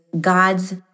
God's